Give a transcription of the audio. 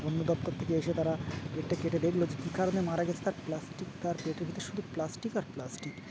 অন্য দপ্তর থেকে এসে তারা পেটটা কেটে দেখলো যে কী কারণে মারা গেছে তার প্লাস্টিক তার পেটের ভিতরে শুধু প্লাস্টিক আর প্লাস্টিক